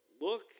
look